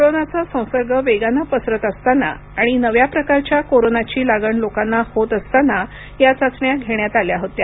कोरोनाचा संसर्ग वेगाने पसरत असताना आणि नव्या प्रकारच्या कोरोनाची लागण लोकांना होत असताना या चाचण्या घेण्यात आल्या होत्या